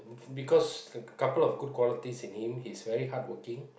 because a couple of qualities in him he's very hardworking